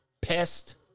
pissed